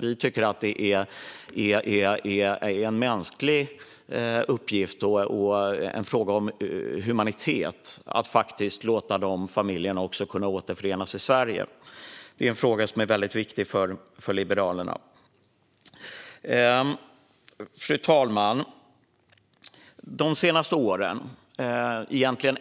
Vi tycker att det är en mänsklig uppgift och en fråga om humanitet att låta dessa familjer återförenas i Sverige. Detta är en fråga som är väldigt viktig för Liberalerna. Fru talman!